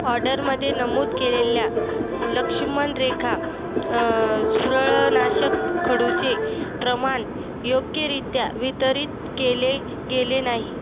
ऑर्डरमध्ये नमूद केलेल्या लक्ष्मण रेखा झुरळनाशक खडूचे प्रमाण योग्यरित्या वितरित केले गेले नाही